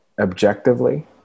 objectively